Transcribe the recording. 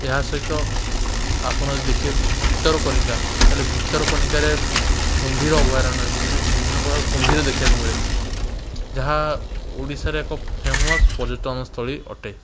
ଏହାସହିତ ଆପଣ ଦେଖିବେ ଭିତରକନିକା ତାହାଲେ ଭିତରକନିକାରେ କୁମ୍ଭୀର ଅଭ୍ୟାୟାରଣ୍ୟ ଅଛି ଯେଉଁଟିକି ବିଭିନ୍ନ ପ୍ରକାର କୁମ୍ଭୀର ଦେଖିବାକୁ ମିଳେ ଯାହା ଓଡ଼ିଶାରେ ଏକ ଫେମସ ପର୍ଯ୍ୟଟନସ୍ଥଳୀ ଅଟେ